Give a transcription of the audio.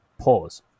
Pause